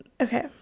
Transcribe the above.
okay